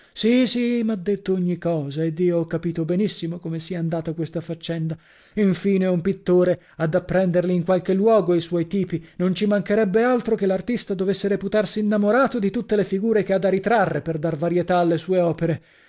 sì sì m'ha detto ogni cosa ed io ho capito benissimo come sia andata questa faccenda infine un pittore ha da prenderli in qualche luogo i suoi tipi non ci mancherebbe altro che l'artista dovesse reputarsi innamorato di tutte le figure che ha da ritrarre per dar varietà alle sue opere